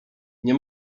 nie